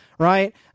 Right